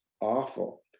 awful